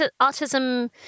autism